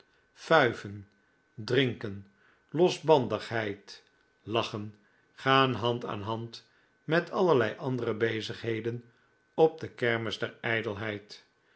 fuiven drinken losbandigheid lachen gaan hand aan hand met allerlei andere bezigheden op de kermis der